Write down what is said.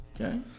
Okay